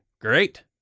great